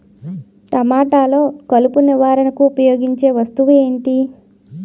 టమాటాలో కలుపు నివారణకు ఉపయోగించే వస్తువు ఏంటి?